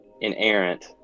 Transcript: inerrant